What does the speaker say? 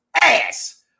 ass